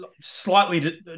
slightly